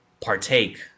partake